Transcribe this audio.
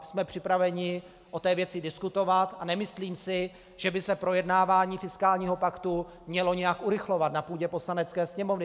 Jsme připraveni o té věci diskutovat a nemyslím si, že by se projednávání fiskálního paktu mělo nějak urychlovat na půdě Poslanecké sněmovny.